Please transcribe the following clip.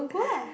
go lah